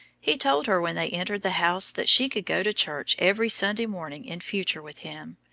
he told her when they entered the house that she could go to church every sunday morning in future with him,